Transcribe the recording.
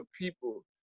people